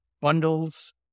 bundles